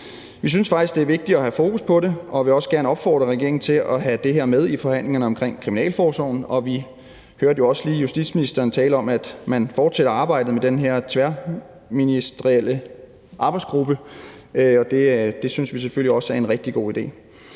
Vi synes faktisk, det er vigtigt at have fokus på det, og vi vil også gerne opfordre regeringen til at have det her med i forhandlingerne om kriminalforsorgen. Vi hørte jo også lige justitsministeren tale om, at man fortsætter arbejdet med den her tværministerielle arbejdsgruppe, og det synes vi selvfølgelig også er en rigtig god idé.